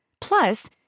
Plus